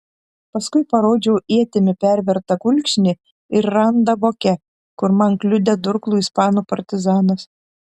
paskui parodžiau ietimi pervertą kulkšnį ir randą voke kur man kliudė durklu ispanų partizanas